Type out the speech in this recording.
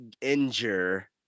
injure